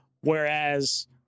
whereas